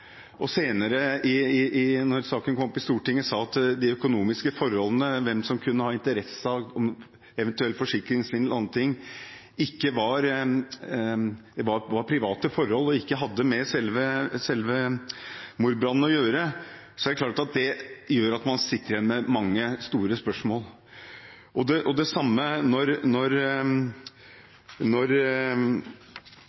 og senere, da saken kom opp i Stortinget, sa om de økonomiske forholdene – om hvem som kunne ha interesse av eventuell forsikringssvindel, osv. – at det var private forhold og ikke hadde noe med selve mordbrannen å gjøre, er det klart at man sitter igjen med mange store spørsmål. Man delte etterforskningen på den måten at danske myndigheter ga en politistasjon i bydelen Fredriksberg ansvaret for sjørett, sjødyktighet, rederansvar og